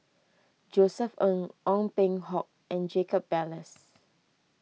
Josef Ng Ong Peng Hock and Jacob Ballas